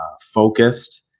focused